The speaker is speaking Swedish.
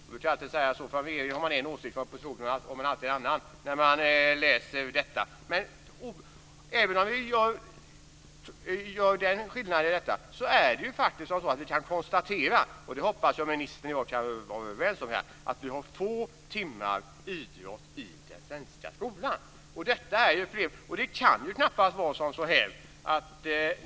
Från regeringen har man en åsikt och från oppositionen har man alltid en annan när man läser dem. Men även om vi gör den skillnaden kan vi konstatera att vi har få timmar idrott i den svenska skolan. Det hoppas jag att ministern och jag kan vara överens om. Detta är ett problem.